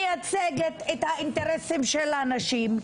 מייצגת את האינטרסים של הנשים,